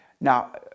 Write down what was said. now